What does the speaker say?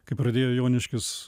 kai pradėjo joniškis